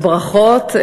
ברכות.